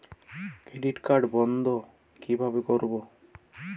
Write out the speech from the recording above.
Credit card বন্ধ কিভাবে করবো?